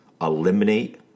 Eliminate